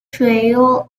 trail